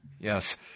Yes